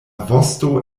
vosto